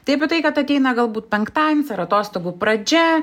tai apie tai kad ateina galbūt penktadienis ar atostogų pradžia